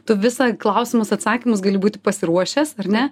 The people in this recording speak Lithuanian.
tu visą klausimus atsakymus gali būti pasiruošęs ar ne